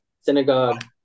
Synagogue